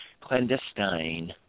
clandestine